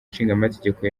ishingamategeko